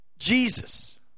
Jesus